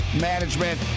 management